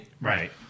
right